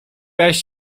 jaś